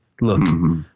Look